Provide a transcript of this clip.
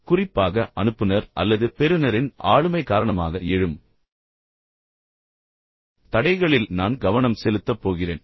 குறிப்பாக அனுப்புநர் அல்லது பெறுநரின் ஆளுமை காரணமாக எழும் தடைகளில் நான் கவனம் செலுத்தப் போகிறேன்